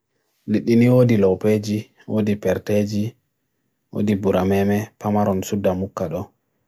Lidini o di lopeji, o di perteji, o di burameme, pamaron sudamukkalo.